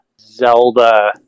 Zelda